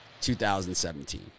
2017